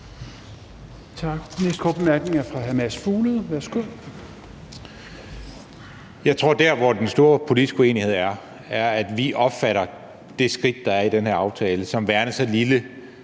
Jeg tror, at den store politiske uenighed er, at vi opfatter det skridt, der er i den her aftale, som værende så lille,